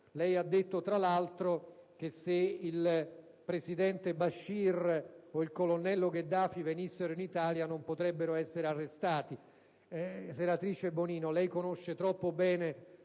affatto, cioè che se il presidente Bashir o il colonnello Gheddafi venissero in Italia non potrebbero essere arrestati.